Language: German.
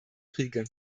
kriege